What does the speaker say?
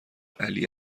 علی